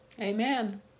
Amen